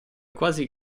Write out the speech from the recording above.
quasi